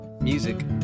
Music